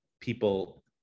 people